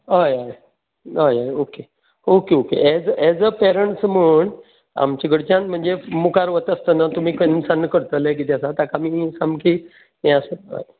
हय हय हय हय okay okay okay as as a parents म्हण आमचे कडच्यान म्हणजे मुखार वता आसतना तुमी केन्ना सान करता कितें करता तेका आमी सामके हें आसा